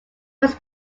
was